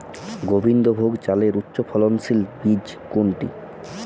গোবিন্দভোগ চালের উচ্চফলনশীল বীজ কোনটি?